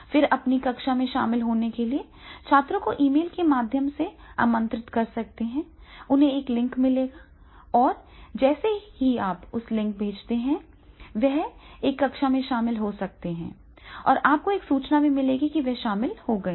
फिर अपनी कक्षा में शामिल होने के लिए छात्रों को ईमेल के माध्यम से आमंत्रित कर सकते हैं उन्हें एक लिंक मिलेगा और जैसे ही आप एक लिंक भेजते हैं वे एक कक्षा में शामिल हो सकते हैं और आपको एक सूचना भी मिलेगी कि वे शामिल हो गए हैं